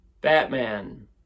Batman